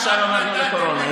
עכשיו הלכנו לקורונה.